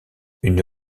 une